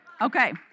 Okay